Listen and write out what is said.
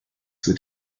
wird